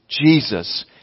Jesus